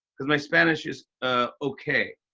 cause my spanish is ah okay.